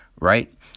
right